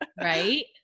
Right